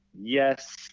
yes